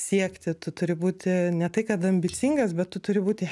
siekti tu turi būti ne tai kad ambicingas bet tu turi būti